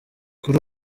kuri